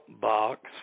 box